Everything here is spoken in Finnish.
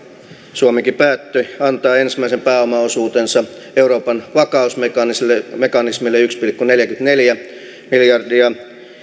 suomikin päätti antaa ensimmäisen pääomaosuutensa euroopan vakausmekanismille yksi pilkku neljäkymmentäneljä miljardia